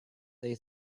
they